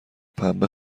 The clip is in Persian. پنبه